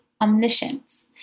omniscience